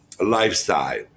lifestyle